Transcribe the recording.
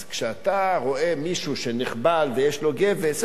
כשאתה רואה מישהו שנחבל ויש לו גבס,